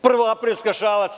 Prvoaprilska šala.